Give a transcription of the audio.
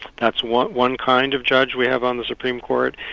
that's one one kind of judge we have on the supreme court,